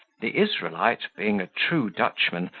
the israelite, being a true dutchman,